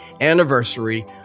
anniversary